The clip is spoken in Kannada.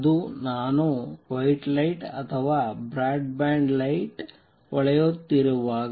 ಅದು ನಾನು ವೈಟ್ ಲೈಟ್ ಅಥವಾ ಬ್ರಾಡ್ ಬ್ಯಾಂಡ್ ಲೈಟ್ ಹೊಳೆಯುತ್ತಿರುವಾಗ